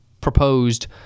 proposed